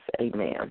Amen